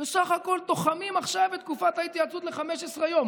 ובסך הכול תוחמים עכשיו את בתקופת ההתייעצות ל-15 יום.